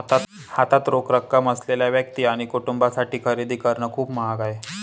हातात रोख रक्कम असलेल्या व्यक्ती आणि कुटुंबांसाठी खरेदी करणे खूप महाग आहे